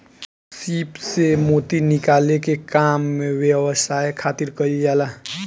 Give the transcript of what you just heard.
सीप से मोती निकाले के काम व्यवसाय खातिर कईल जाला